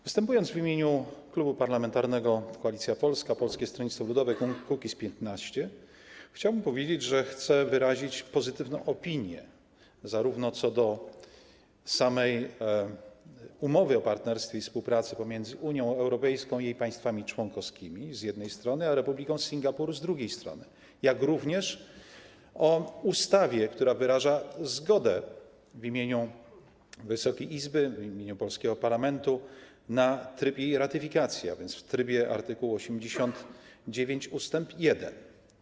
Występując w imieniu Klubu Parlamentarnego Koalicja Polska - Polskie Stronnictwo Ludowe - Kukiz15, chciałbym powiedzieć, że chcę wyrazić pozytywną opinię zarówno co do samej Umowy o partnerstwie i współpracy pomiędzy Unią Europejską i jej państwami członkowskimi, z jednej strony, a Republiką Singapuru, z drugiej strony, jak również o ustawie, która wyraża zgodę w imieniu Wysokiej Izby, polskiego parlamentu, na tryb jej ratyfikacji, a więc w trybie art. 89 ust. 1.